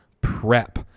prep